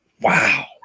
Wow